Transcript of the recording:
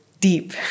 deep